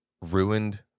ruined